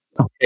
Okay